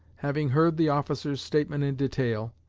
having heard the officer's statement in detail,